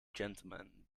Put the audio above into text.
gentlemen